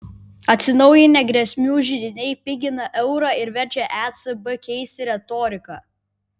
atsinaujinę grėsmių židiniai pigina eurą ir verčia ecb keisti retoriką